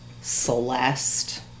Celeste